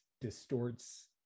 distorts